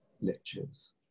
lectures